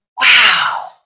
Wow